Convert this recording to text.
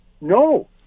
No